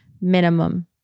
minimum